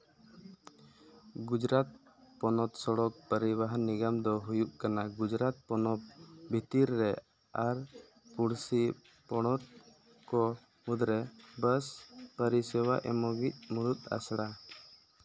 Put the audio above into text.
ᱜᱩᱡᱽᱨᱟᱴ ᱯᱚᱱᱚᱛ ᱥᱚᱲᱚᱠ ᱯᱟᱹᱨᱤᱵᱟᱦᱟᱱ ᱱᱤᱭᱚᱢ ᱫᱚ ᱦᱩᱭᱩᱜ ᱠᱟᱱᱟ ᱜᱩᱡᱽᱨᱟᱴ ᱯᱚᱱᱚᱛ ᱵᱷᱤᱛᱤᱨ ᱨᱮ ᱟᱨ ᱯᱩᱲᱥᱤ ᱯᱚᱱᱚᱛ ᱠᱚ ᱢᱩᱫᱽᱨᱮ ᱵᱟᱥ ᱯᱟᱹᱨᱤᱥᱮᱵᱟ ᱮᱢᱚᱜᱤᱡᱽ ᱢᱩᱬᱩᱫ ᱟᱥᱲᱟ